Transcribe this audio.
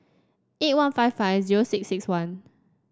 eight one five five zero six six one